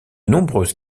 nombreuses